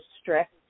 strict